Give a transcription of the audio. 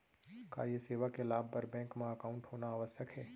का ये सेवा के लाभ बर बैंक मा एकाउंट होना आवश्यक हे